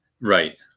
Right